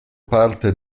parte